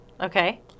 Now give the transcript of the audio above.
okay